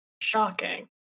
Shocking